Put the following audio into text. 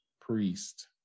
Priest